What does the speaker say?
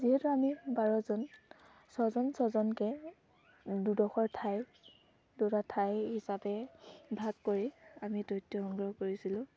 যিহেতু আমি বাৰজন ছজন ছজনকে দুডোখৰ ঠাই দুটা ঠাই হিচাপে ভাগ কৰি আমি তথ্য সংগ্ৰহ কৰিছিলোঁ